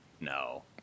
no